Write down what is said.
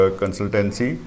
consultancy